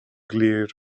glir